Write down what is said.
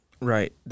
Right